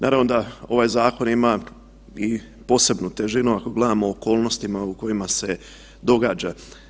Naravno da ovaj zakon ima i posebnu težinu ako gledamo okolnosti u kojima se događa.